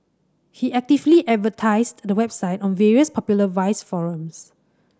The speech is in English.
he actively advertised the website on various popular vice forums